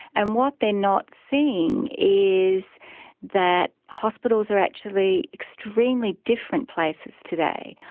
and what they're not seeing is that hospitals are actually extremely different places today.